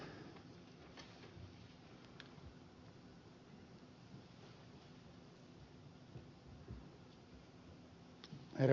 herra puhemies